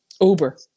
Uber